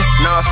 now